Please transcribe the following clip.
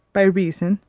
by reason,